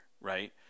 Right